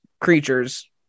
creatures